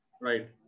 Right